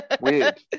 Weird